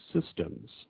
systems